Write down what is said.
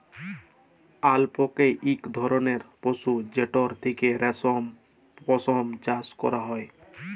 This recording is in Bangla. আলাপকে ইক ধরলের পশু যেটর থ্যাকে রেশম, পশম চাষ ক্যরা হ্যয়